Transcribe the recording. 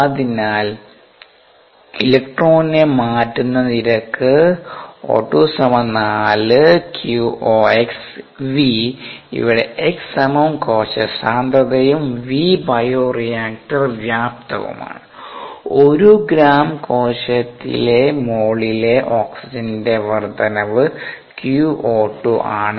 അതിനാൽ e നെ മാറ്റുന്ന നിരക്ക് O2 4 𝑞𝑂x V ഇവിടെ x കോശ സാന്ദ്രതയും V ബയോറിയാക്റ്റർ വ്യാപ്തവും ഒരു ഗ്രാം കോശത്തിലെ മോളിലെ ഓക്സിജന്റെ വർദ്ധനവ് 𝑞𝑂2 ആണ്